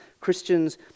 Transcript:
Christians